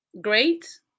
Great